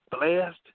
blessed